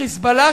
"חיזבאללה",